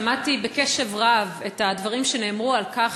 שמעתי בקשב רב את הדברים שנאמרו על כך